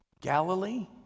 Galilee